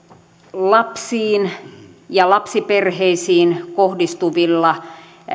lapsiin ja lapsiperheisiin kohdistuvilla